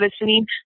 listening